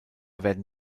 werden